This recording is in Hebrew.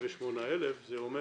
28,000 זה אומר